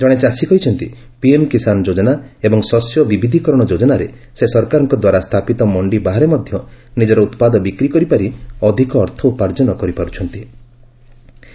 ଜଣେ ଚାଷୀ କହିଛନ୍ତି ପିଏମ୍ କିଷାନ ଯୋଜନା ଏବଂ ଶସ୍ୟ ବିବିଧିକରଣ ଯୋଜନାରେ ସେ ସରକାରଙ୍କ ଦ୍ୱାରା ସ୍ଥାପିତ ମଣ୍ଡି ବାହାରେ ମଧ୍ୟ ନିଜର ଉତ୍ପାଦ ବିକ୍ରି କରିପାରି ଅଧିକ ଅର୍ଥ ଉପାର୍ଜନ କରିପାର୍ଚ୍ଚନ୍ତି